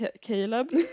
Caleb